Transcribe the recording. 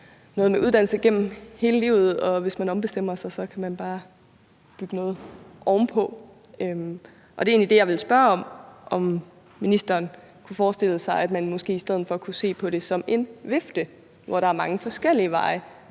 muligt at uddanne sig gennem hele livet, og at man, hvis man ombestemmer sig, bare kan bygge noget ovenpå. Det er egentlig det, jeg vil spørge om, altså om ministeren kunne forestille sig, at man måske i stedet for kunne se på det som en vifte, hvor der er mange forskellige veje